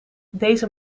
deze